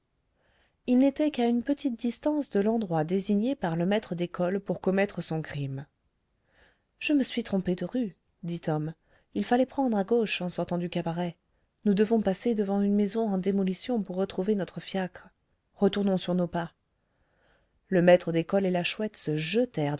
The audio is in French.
ils n'étaient qu'à une petite distance de l'endroit désigné par le maître d'école pour commettre son crime je me suis trompé de rue dit tom il fallait prendre à gauche en sortant du cabaret nous devons passer devant une maison en démolition pour retrouver notre fiacre retournons sur nos pas le maître d'école et la chouette se